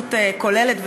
התייחסות כוללת,